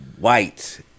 white